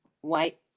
white